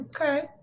Okay